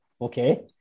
Okay